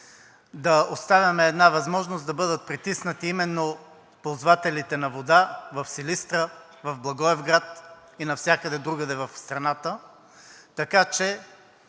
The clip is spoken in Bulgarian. да оставяме една възможност да бъдат притиснати именно ползвателите на вода в Силистра, в Благоевград и навсякъде другаде в страната,